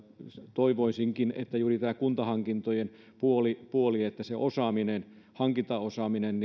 toivoisinkin että juuri tämä kuntahankintojen puoli puoli se osaaminen hankintaosaaminen